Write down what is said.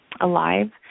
alive